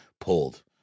pulled